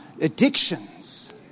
addictions